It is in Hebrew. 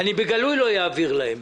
אני בגלוי לא אעביר להם,